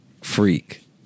freak